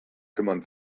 kümmern